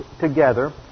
together